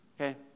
Okay